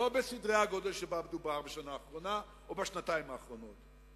לא בסדרי הגודל שבהם דובר בשנה האחרונה או בשנתיים האחרונות.